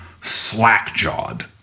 slack-jawed